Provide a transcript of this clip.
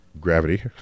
Gravity